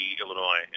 Illinois